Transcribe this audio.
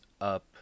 up